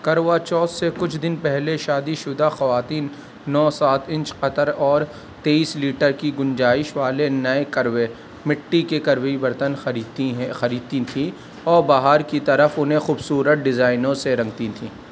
کڑوا چوتھ سے کچھ دن پہلے شادی شدہ خواتین نو سات انچ قطر اور تیئیس لیٹر کی گنجائش والے نئے کروے مٹی کے کروی برتن خریدتی ہیں خریدتی تھیں اور باہر کی طرف انہیں خوبصورت ڈیزائنوں سے رنگتی تھیں